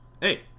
hey